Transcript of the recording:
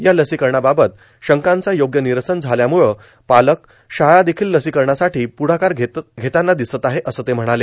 या लसीकरणाबाबत शंकांचं योग्य ांनरसन झाल्यामुळे पालक शाळा देखील लसीकरणासाठो प्ढाकार घेताना र्दिसत आहे असं ते म्हणाले